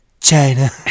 china